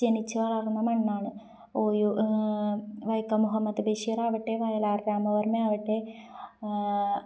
ജനിച്ചു വളർന്ന മണ്ണാണ് വൈക്കം മുഹമ്മദ് ബഷീറാവട്ടെ വയലാർ രാമവർമ്മ ആവട്ടെ